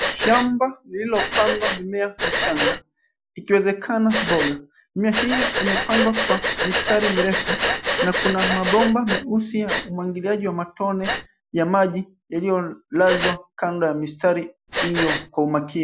Shamba lililopandwa mimea michanga, ikiwezekana mboga. Mimea hiyo imepandwa kwa mistari mirefu na kuna mabomba meusi ya umwagiliaji wa matone ya maji yaliyolazwa kando ya mistari hiyo kwa umakini.